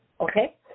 Okay